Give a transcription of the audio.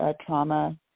trauma